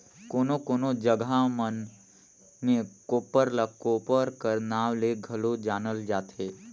कोनो कोनो जगहा मन मे कोप्पर ल कोपर कर नाव ले घलो जानल जाथे